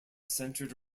centered